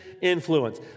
influence